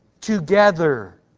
Together